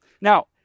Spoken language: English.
Now